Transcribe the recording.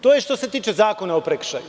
To je što se tiče Zakona o prekršajima.